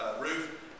roof